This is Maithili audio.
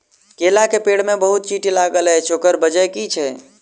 केला केँ पेड़ मे बहुत चींटी लागल अछि, ओकर बजय की छै?